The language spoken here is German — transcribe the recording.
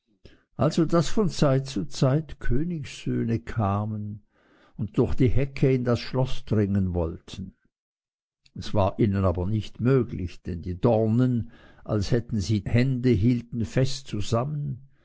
also daß von zeit zu zeit königssöhne kamen und durch die hecke in das schloß dringen wollten es war ihnen aber nicht möglich denn die dornen als hätten sie hände hielten fest zusammen